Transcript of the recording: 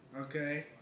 Okay